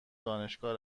دانشگاه